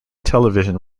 television